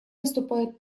выступает